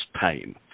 pain